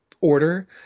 order